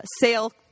sale